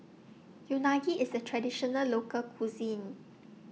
Unagi IS A Traditional Local Cuisine